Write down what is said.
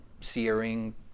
searing